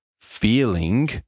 feeling